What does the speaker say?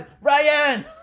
Ryan